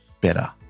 better